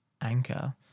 anchor